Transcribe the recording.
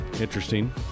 Interesting